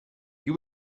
you